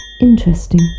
Interesting